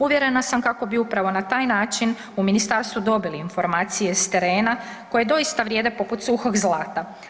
Uvjerena sam kako bi upravo na taj način u ministarstvu dobili informacije s terena koje doista vrijede poput suhog zlata.